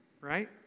right